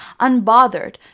unbothered